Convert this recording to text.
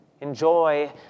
Enjoy